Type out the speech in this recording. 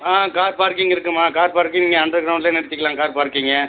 ஆ car parking இருக்குதும்மா car parking இங்கே under கிரௌண்ட்லே நிறுத்திக்கலாம் கார் பார்க்கிங்கு